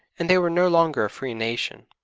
and they were no longer a free nation.